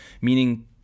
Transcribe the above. meaning